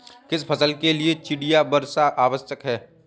किस फसल के लिए चिड़िया वर्षा आवश्यक है?